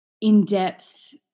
in-depth